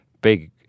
big